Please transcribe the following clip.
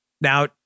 Now